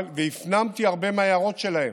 והפנמתי הרבה מההערות שלהם.